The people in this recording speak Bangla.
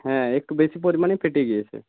হ্যাঁ একটু বেশি পরিমাণে ফেটে গিয়েছে